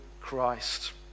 Christ